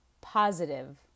positive